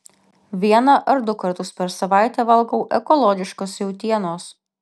vieną ar du kartus per savaitę valgau ekologiškos jautienos